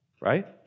Right